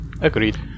Agreed